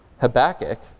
Habakkuk